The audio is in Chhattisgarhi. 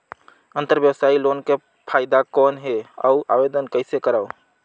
अंतरव्यवसायी लोन के फाइदा कौन हे? अउ आवेदन कइसे करव?